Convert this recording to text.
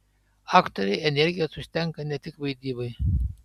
aktorei energijos užtenka ne tik vaidybai